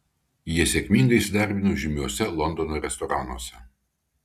jie sėkmingai įsidarbino žymiuose londono restoranuose